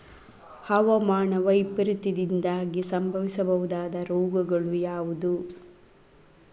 ಹವಾಮಾನ ವೈಪರೀತ್ಯದಿಂದಾಗಿ ಸಂಭವಿಸಬಹುದಾದ ರೋಗಗಳು ಯಾವುದು?